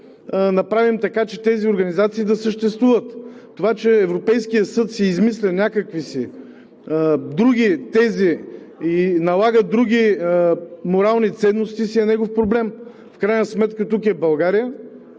направим така, че тези организации да съществуват. Това че Европейският съд си измисля някакви други тези и налага други морални ценности, си е негов проблем. В крайна сметка тук е България